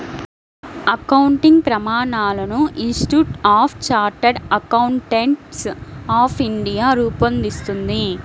accounting ప్రమాణాలను institute of chartered accountants of India రూపొందిస్తుంది